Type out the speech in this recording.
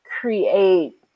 create